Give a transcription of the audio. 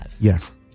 yes